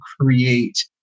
create